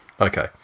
Okay